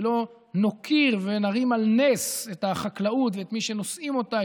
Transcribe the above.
ולא נוקיר ונרים על נס את החקלאות ואת מי שנושאים אותה,